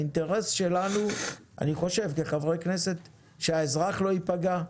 האינטרס שלנו כחברי כנסת הוא שהאזרח לא ייפגע,